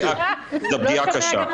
זו פגיעה קשה.